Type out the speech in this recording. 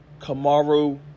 Kamaru